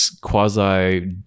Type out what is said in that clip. quasi